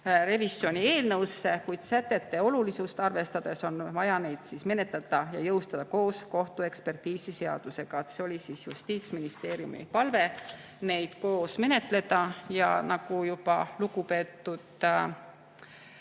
revisjoni eelnõusse, kuid sätete olulisust arvestades on vaja neid menetleda ja jõustada need koos kohtuekspertiisiseadusega. See oli Justiitsministeeriumi palve neid koos menetleda. Ja nagu juba lugupeetud